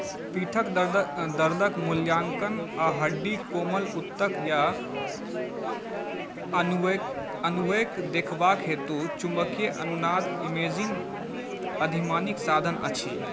पीठक दर्दक दर्दक मूल्याङ्कन आ हड्डी कोमल उत्तक या अनुवैक अनुवैक देखबाक हेतु चुम्बकीय अनुनाद इमेजिंग अधिमानिक साधन अछी